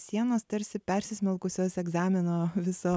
sienos tarsi persismelkusios egzamino viso